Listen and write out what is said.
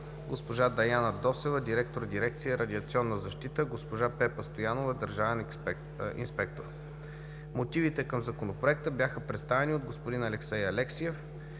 госпожа Даяна Досева – директор дирекция „Радиационна защита“, госпожа Пепа Стоянова – държавен инспектор. Мотивите към Законопроекта бяха представени от господин Алексей Алексиев